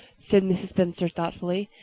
said mrs. spencer thoughtfully,